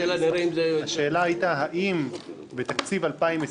השאלה הייתה האם בתקציב 2020,